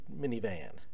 minivan